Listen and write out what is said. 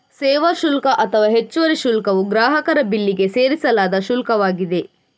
ಸೇವಾ ಶುಲ್ಕ ಅಥವಾ ಹೆಚ್ಚುವರಿ ಶುಲ್ಕವು ಗ್ರಾಹಕರ ಬಿಲ್ಲಿಗೆ ಸೇರಿಸಲಾದ ಶುಲ್ಕವಾಗಿದೆ